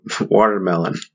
watermelon